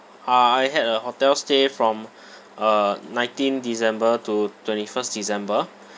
uh I had a hotel stay from uh nineteenth december to twenty first december